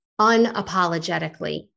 unapologetically